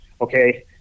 okay